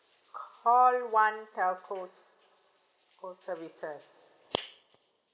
call one telcos telco services